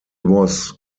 was